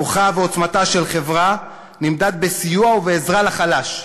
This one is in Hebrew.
כוחה ועוצמתה של חברה נמדדים בסיוע ובעזרה לחלש,